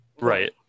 Right